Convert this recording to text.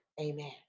Amen